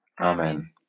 Amen